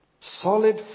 Solid